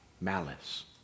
malice